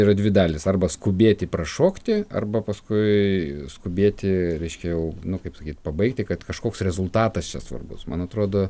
yra dvi dalys arba skubėti prašokti arba paskui skubėti reiškia jau nu kaip sakyt pabaigti kad kažkoks rezultatas čia svarbus man atrodo